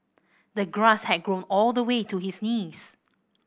the grass had grown all the way to his knees